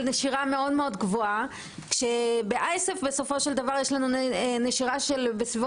נשירה מאוד גבוהה שבאייסף בסופו של דבר יש נשירה של בין